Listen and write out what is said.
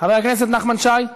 חבר הכנסת נחמן שי,